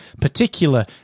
particular